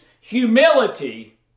humility